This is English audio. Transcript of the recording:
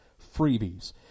freebies